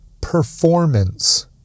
performance